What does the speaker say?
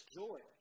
joy